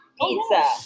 pizza